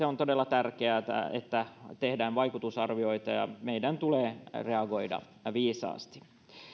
on todella tärkeää että tehdään vaikutusarvioita ja meidän tulee reagoida viisaasti